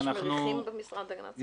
יש מריחים במשרד להגנת הסביבה?